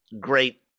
great